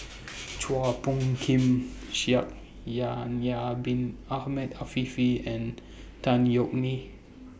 Chua Phung Kim Shaikh Yahya Bin Ahmed Afifi and Tan Yeok Me